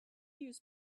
use